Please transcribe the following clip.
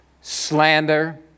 slander